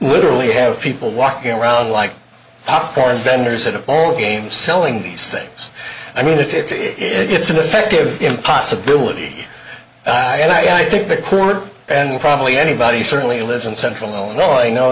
literally have people walking around like popcorn vendors at a ballgame selling these things i mean it's it's an effective possibility i think the current and probably anybody certainly lives in central illinois you know